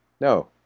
No